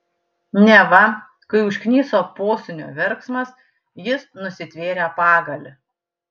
neva kai užkniso posūnio verksmas jis nusitvėrė pagalį